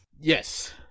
Yes